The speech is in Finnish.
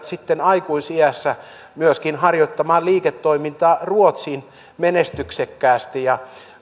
sitten aikuisiässä myöskin harjoittamaan liiketoimintaa ruotsiin menestyksekkäästi